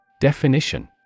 Definition